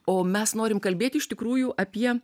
o mes norim kalbėt iš tikrųjų apie